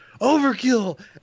Overkill